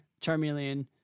Charmeleon